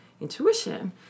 intuition